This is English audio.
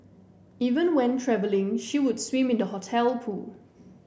even when travelling she would swim in the hotel pool